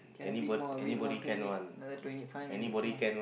can a bit more a bit more twenty another twenty five minutes more